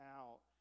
out